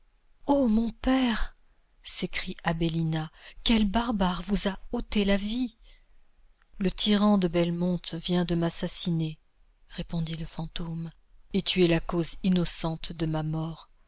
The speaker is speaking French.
o mon père s'écrie abélina quel barbare vous a ôté la vie le tyran de belmonte vient de m'assassiner répondit le fantôme et tu es la cause innocente de ma mort